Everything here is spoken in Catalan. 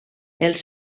els